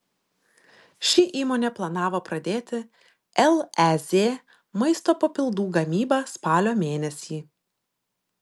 ši įmonė planavo pradėti lez maisto papildų gamybą spalio mėnesį